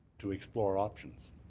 to explore options.